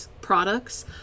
products